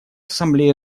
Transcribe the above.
ассамблея